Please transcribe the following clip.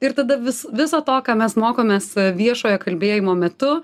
ir tada vis viso to ką mes mokomės viešojo kalbėjimo metu